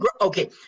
Okay